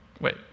Wait